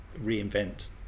reinvent